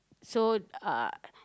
so uh